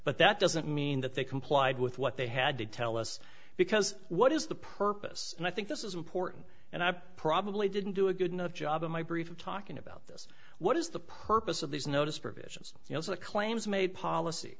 but that doesn't mean that they complied with what they had to tell us because what is the purpose and i think this is important and i probably didn't do a good enough job in my brief of talking about this what is the purpose of these notice provisions you know the claims made policy